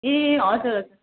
ए हजुर हजुर